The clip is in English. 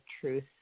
truth